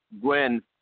Gwen